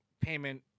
payment